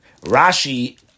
Rashi